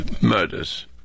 murders